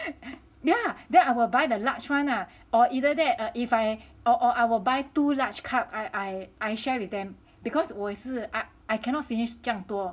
ya then I will buy the large one lah or either that or if I or I will buy two large cup I I share with them because 我也是 I I cannot finish 这样多